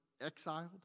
exiled